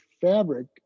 fabric